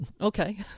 Okay